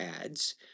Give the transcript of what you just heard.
ads